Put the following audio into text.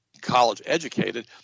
college-educated